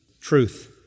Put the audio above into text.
Truth